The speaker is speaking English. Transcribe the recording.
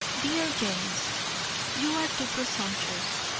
dear james you are too presumptuous.